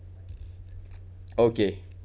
okay